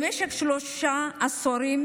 במשך שלושה עשורים